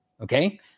Okay